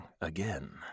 again